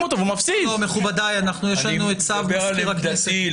יש לנו צו מזכיר הכנסת.